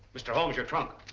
mr. holmes your trunk.